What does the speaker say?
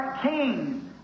Kings